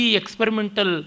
experimental